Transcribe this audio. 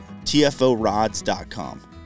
tforods.com